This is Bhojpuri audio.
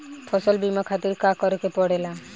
फसल बीमा खातिर का करे के पड़ेला?